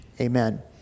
Amen